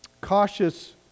cautious